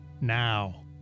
now